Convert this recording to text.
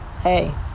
Hey